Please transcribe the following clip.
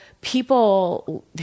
people